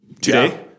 today